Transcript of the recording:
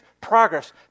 progress